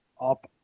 up